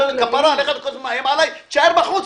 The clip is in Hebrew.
כפרה עלייך, אתה כל הזמן מאיים עליי, תישאר בחוץ.